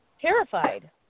terrified